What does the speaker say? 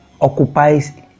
occupies